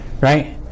Right